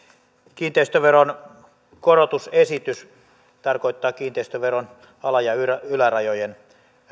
kiinteistöveron korotusesitys tarkoittaa kiinteistöveron ala ja ylärajojen